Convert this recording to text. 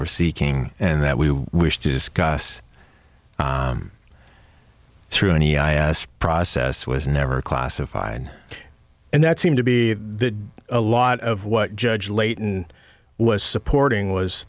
we're seeking and that we wish to discuss through any i asked process was never classified and that seemed to be a lot of what judge layton was supporting was